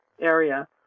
area